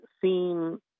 seem